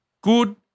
Good